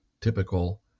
typical